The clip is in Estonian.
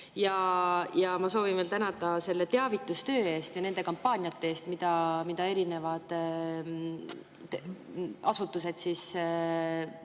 Ja ma soovin veel tänada selle teavitustöö ja nende kampaaniate eest, mida erinevad asutused on